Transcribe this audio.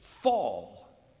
fall